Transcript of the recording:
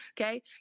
okay